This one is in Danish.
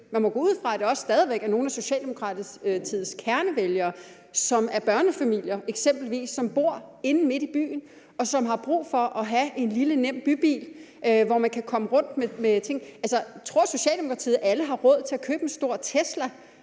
Man må gå ud fra, at der også stadig væk er nogle af Socialdemokratiets kernevælgere, som er børnefamilier eksempelvis, som bor inde midt i byen, og som har brug for at have en lille nem bybil, så de kan komme rundt med ting. Tror Socialdemokratiet, at alle har råd til at købe en stor Tesla?